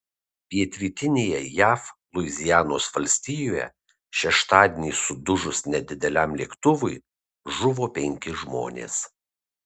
pietrytinėje jav luizianos valstijoje šeštadienį sudužus nedideliam lėktuvui žuvo penki žmonės